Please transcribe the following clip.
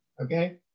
okay